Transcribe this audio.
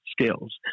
skills